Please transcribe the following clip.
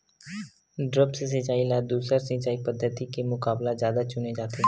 द्रप्स सिंचाई ला दूसर सिंचाई पद्धिति के मुकाबला जादा चुने जाथे